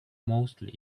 mostly